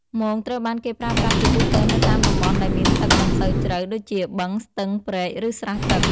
មងត្រូវបានគេប្រើប្រាស់ជាទូទៅនៅតាមតំបន់ដែលមានទឹកមិនសូវជ្រៅដូចជា បឹង ស្ទឹង ព្រែក ឬស្រះទឹក។